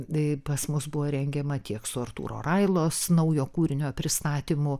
ė pas mus buvo rengiama tiek su artūro railos naujo kūrinio pristatymu